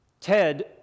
Ted